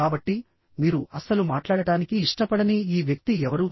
కాబట్టి మీరు అస్సలు మాట్లాడటానికి ఇష్టపడని ఈ వ్యక్తి ఎవరు